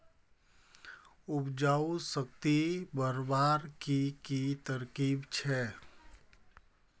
उपजाऊ शक्ति बढ़वार की की तरकीब छे?